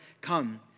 come